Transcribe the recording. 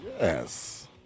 Yes